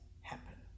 happen